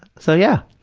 so, yeah.